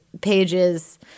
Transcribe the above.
pages